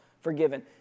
forgiven